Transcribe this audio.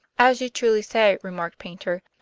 as you truly say, remarked paynter,